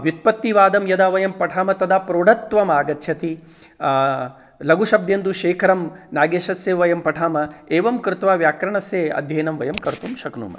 व्युत्पत्तिवादं यदा वयं पठामः तदा प्रौढत्वम् आगच्छति लघुशब्देन्दुशेखरं नागेशस्य वयं पठामः एवं कृत्वा व्याकरणस्य अध्ययनं वयं कर्तुं शक्नुमः